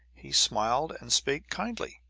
he smiled and spake kindly,